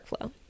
workflow